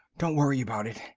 don't worry about it,